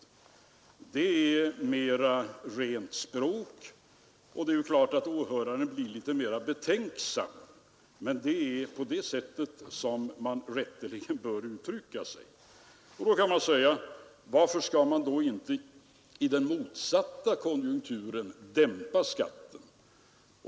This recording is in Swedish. Det är rent språk, och det är klart att åhörarna blir litet mer betänksamma. Men det är på det sättet som man rätteligen bör uttrycka sig. Då kan man fråga sig varför man inte i den motsatta konjunkturen skall dämpa skatten.